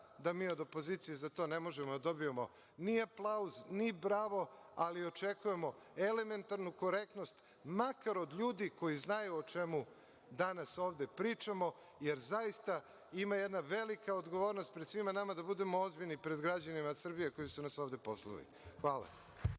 da mi od opozicije za to ne možemo da dobijemo ni aplauz, ni bravo, ali očekujemo elementarnu korektnost, makar od ljudi koji znaju o čemu danas ovde pričamo, jer zaista ima jedna velika odgovornost pred svima nama, da budemo ozbiljni pred građanima Srbije koji su nas ovde poslali. Hvala.